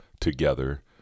together